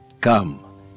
Come